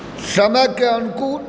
समयके अनुकूल